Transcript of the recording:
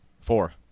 Four